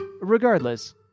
Regardless